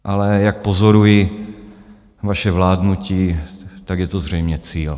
Ale jak pozoruji vaše vládnutí, tak je to zřejmě cíl.